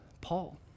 Paul